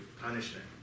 punishment